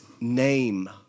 name